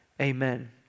amen